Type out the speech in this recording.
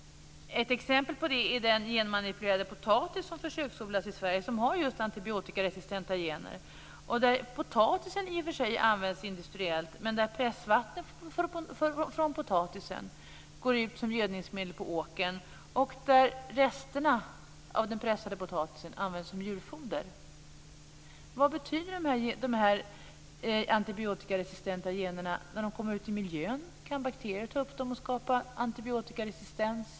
Ett exempel på det är den genmanipulerade potatis som försöksodlats i Sverige och som just har antibiotikaresistenta gener. Potatisen i sig används industriellt, men pressvattnet från potatisen går ut som gödningsmedel på åkern. Resterna av den pressade potatisen används som djurfoder. Vad betyder de antibiotikaresistenta generna när de kommer ut i miljön? Kan bakterier ta upp dem och skapa antibiotikaresistens?